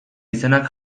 izenak